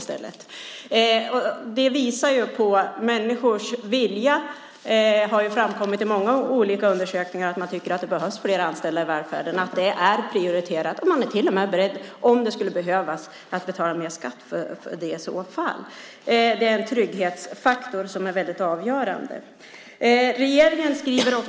Det har i många undersökningar framkommit att människor tycker att det behövs fler anställda i välfärden, att det är ett prioriterat område, och de är i så fall till och med beredda att betala mer skatt. Det är en avgörande trygghetsfaktor.